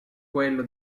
quello